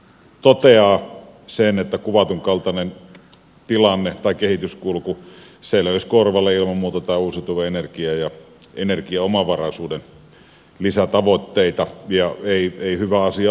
valiokuntahan toteaa sen että kuvatun kaltainen kehityskulku ilman muuta löisi korvalle tätä uusiutuvaa energiaa ja energiaomavaraisuuden lisätavoitteita ei hyvä asia ollenkaan